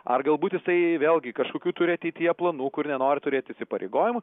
ar galbūt jisai vėlgi kažkokių turi ateityje planų kur nenori turėt įsipareigojimų